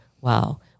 wow